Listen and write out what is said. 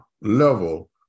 level